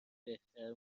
بهتر